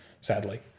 Sadly